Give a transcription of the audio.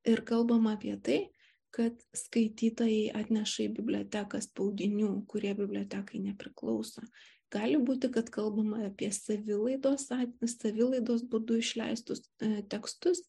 ir kalbama apie tai kad skaitytojai atneša į biblioteką spaudinių kurie bibliotekai nepriklauso gali būti kad kalbama apie savilaidos ar savilaidos būdu išleistus tekstus